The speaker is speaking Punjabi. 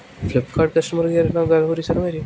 ਫਲਿਪ ਕਾਟ ਕਸਟਮਰ ਕੇਅਰ ਨਾਲ ਗੱਲ ਹੋ ਰਹੀ ਸਰ ਮੇਰੀ